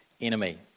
enemy